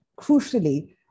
crucially